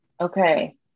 Okay